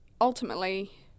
ultimately